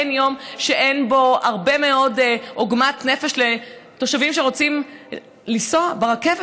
אין יום שאין בו הרבה מאוד עוגמת נפש לתושבים שרוצים לנסוע ברכבת,